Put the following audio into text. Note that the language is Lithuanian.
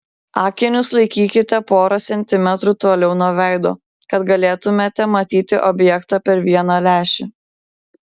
akinius laikykite porą centimetrų toliau nuo veido kad galėtumėte matyti objektą per vieną lęšį